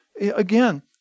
again